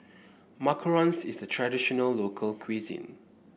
Macarons is a traditional local cuisine